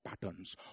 patterns